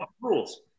rules